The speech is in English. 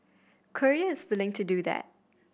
Korea is willing to do that